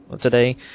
today